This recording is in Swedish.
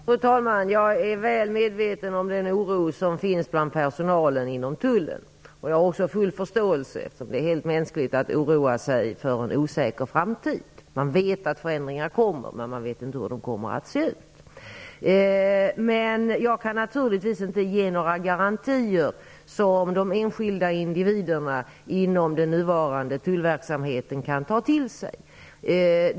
Fru talman! Jag är väl medveten om den oro som finns bland personalen inom Tullen. Jag har också full förståelse för detta. Det är helt mänskligt att oroa sig för en osäker framtid. Man vet att förändringar kommer, men man vet inte hur de kommer att se ut. Jag kan naturligtvis inte ge några garantier som de enskilda individerna inom den nuvarande tullverksamheten kan ta till sig.